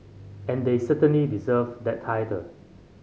and they certainly deserve that title